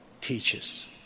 teaches